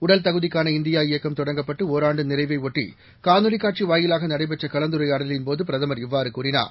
உடல்தகுதிக்கான India இயக்கம் தொடங்கப்பட்டு ஒராண்டு நிறைவை ஒட்டி காணொலி காட்சி வாயிலாக நடைபெற்ற கலந்துரையாடலின்போது பிரதமர் இவ்வாறு கூறினார்